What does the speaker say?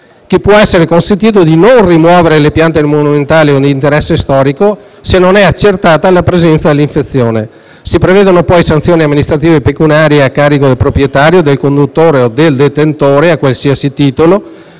che può essere consentito di non rimuovere le piante monumentali o di interesse storico, se non è accertata la presenza dell'infezione. Si prevedono poi sanzioni amministrative pecuniarie a carico del proprietario, del conduttore o del detentore, a qualsiasi titolo,